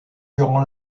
durant